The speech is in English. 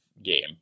game